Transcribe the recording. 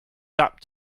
sap